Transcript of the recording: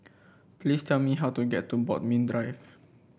please tell me how to get to Bodmin Drive